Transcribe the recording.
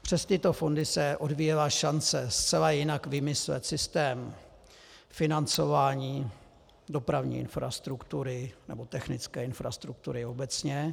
Přes tyto fondy se odvíjela šance zcela jinak vymyslet systém financování dopravní infrastruktury nebo technické infrastruktury obecně.